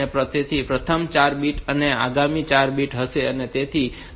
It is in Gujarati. તેથી પ્રથમ 4 બીટ અને આગામી 4 બીટ હશે